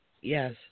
Yes